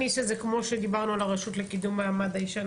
כמו שדיברנו על הרשות לקידום מעמד האישה,